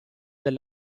del